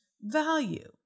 value